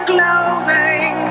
Clothing